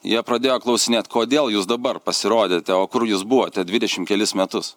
jie pradėjo klausinėt kodėl jūs dabar pasirodėte o kur jūs buvote dvidešimt kelis metus